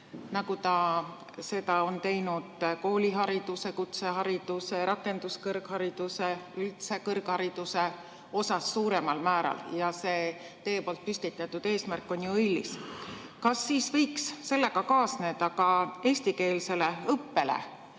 nagu ta seda on teinud koolihariduse, kutsehariduse, rakenduskõrghariduse, üldse kõrghariduse osas, suuremal määral – see teie püstitatud eesmärk on ju õilis –, kas siis võiks sellega kaasneda ka eestikeelsele õppele,